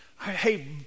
hey